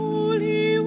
Holy